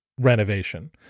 renovation